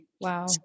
wow